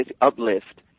uplift